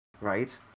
Right